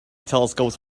telescopes